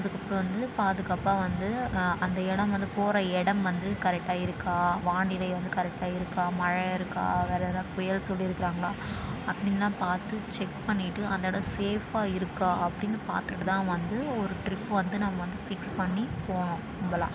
அதுக்கு அப்புறம் வந்து பாதுகாப்பாக வந்து அந்த இடம் வந்து போகிற இடம் வந்து கரெக்டாக இருக்கா வானிலை வந்து கரெக்டாக இருக்கா மழை இருக்கா வேறு எதுனால் புயல் சொல்லியிருக்குறாங்களா அப்படின்லாம் பார்த்து செக் பண்ணிவிட்டு அந்த இடம் சேஃபாக இருக்கா அப்படின்னு பார்த்துக்கிட்டு தான் வந்து ஒரு ட்ரிப் வந்து நம்ம வந்து பிக்ஸ் பண்ணி போகணும் அங்கெல்லாம்